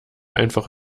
einfach